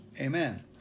Amen